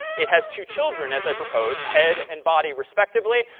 it has two children, as i proposed, head and body respectively.